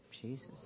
Jesus